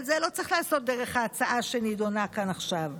ואת זה לא צריך לעשות דרך ההצעה שנדונה כאן עכשיו,